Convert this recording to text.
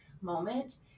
moment